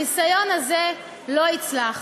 הניסיון הזה לא יצלח.